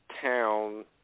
town